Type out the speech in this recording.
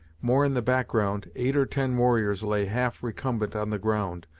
more in the background eight or ten warriors lay half recumbent on the ground,